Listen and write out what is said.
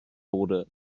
border